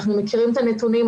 אנחנו מכירים את הנתונים,